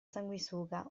sanguisuga